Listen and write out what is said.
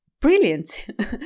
brilliant